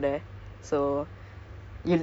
ah no mobile games okay